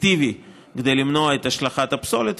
אפקטיבי כדי למנוע את השלכת הפסולת,